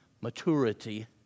maturity